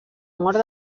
mort